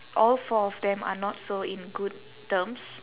all four of them are not so in good terms